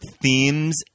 themes